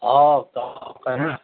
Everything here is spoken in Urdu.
اور سب